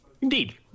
Indeed